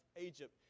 Egypt